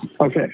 Okay